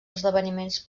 esdeveniments